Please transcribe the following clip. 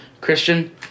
Christian